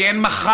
כי אין מחר,